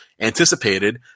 anticipated